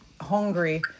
hungry